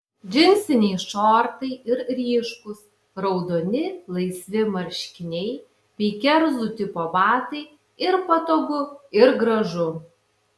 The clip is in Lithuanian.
džinsiniai šortai ir ryškūs raudoni laisvi marškiniai bei kerzų tipo batai ir patogu ir gražu